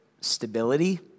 stability